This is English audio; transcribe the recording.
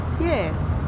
Yes